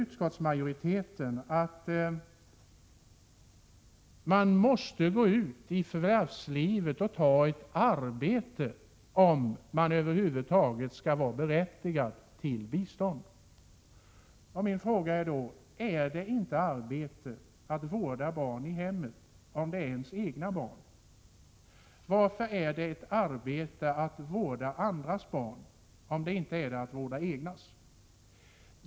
Utskottsmajoriteten skriver att man måste gå ut i förvärvslivet och ta ett arbete om man över huvud taget skall vara berättigad till bistånd. Min fråga är då: Är det inte arbete att vårda barn i hemmet om det är ens egna barn? Varför är det ett arbete att vårda andras barn om det inte är ett arbete att vårda de egna?